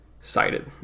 cited